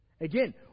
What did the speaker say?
Again